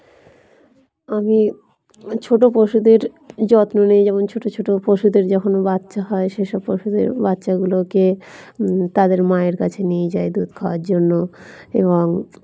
আমি ছোটো পশুদের যত্ন নিই যেমন ছোটো ছোটো পশুদের যখন বাচ্চা হয় সেসব পশুদের বাচ্চাগুলোকে তাদের মায়ের কাছে নিয়ে যাই দুধ খাওয়ার জন্য এবং